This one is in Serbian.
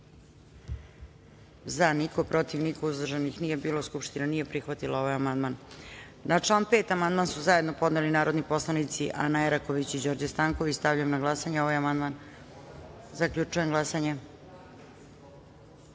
za - niko, protiv - niko, uzdržanih nije bilo. Konstatujem da Skupština nije prihvatila ovaj amandman. Na član 5. amandman su zajedno odneli narodni poslanici Ana Eraković i Đorđe Stanković. Stavljam na glasanje ovaj amandman. Zaključujem glasanje: